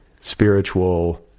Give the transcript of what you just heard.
spiritual